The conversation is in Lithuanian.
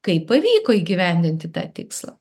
kaip pavyko įgyvendinti tą tikslą